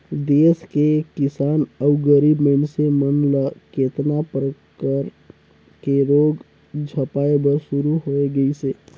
देस के किसान अउ गरीब मइनसे मन ल केतना परकर के रोग झपाए बर शुरू होय गइसे